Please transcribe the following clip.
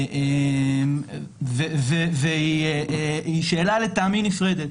זאת שאלה נפרדת.